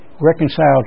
reconciled